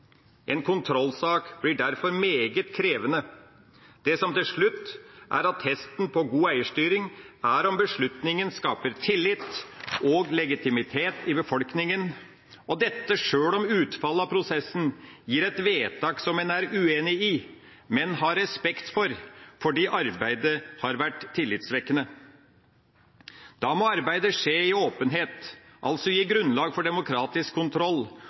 En kontrollsak blir derfor meget krevende. Det som til slutt er attesten på god eierstyring, er om beslutninga skaper tillit og legitimitet i befolkninga, og dette sjøl om utfallet av prosessen gir et vedtak som en er uenig i – men har respekt for – fordi arbeidet har vært tillitvekkende. Da må arbeidet skje i åpenhet, altså gi grunnlag for demokratisk kontroll,